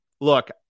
look